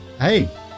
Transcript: Hey